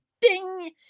ding